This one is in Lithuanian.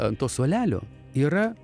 ant to suolelio yra